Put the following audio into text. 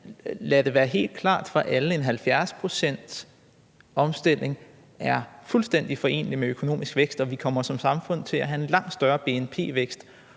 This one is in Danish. lad det være helt klart for alle, at en 70-procentsreduktion er fuldstændig forenelig med økonomisk vækst, og at vi som samfund kommer til at have en langt større bnp-vækst